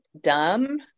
dumb